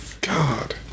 god